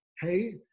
hey